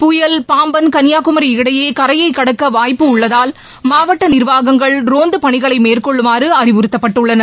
புயல் பாம்பன் கன்னியாகுமரி இடையே கரையை கடக்க வாய்ப்பு உள்ளதால் மாவட்ட நிர்வாகங்கள் ரோந்து பணிகளை மேற்கொள்ளுமாறு அறிவுறுத்தப்பட்டுள்ளனர்